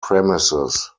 premises